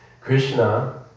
Krishna